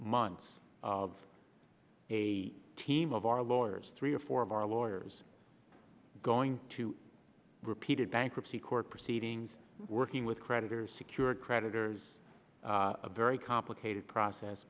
months of a team of our lawyers three or four of our lawyers going to repeated bankruptcy court proceedings working with creditors secured creditors a very complicated process